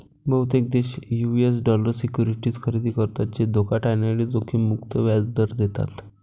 बहुतेक देश US dollar securities खरेदी करतात जे धोका टाळण्यासाठी जोखीम मुक्त व्याज दर देतात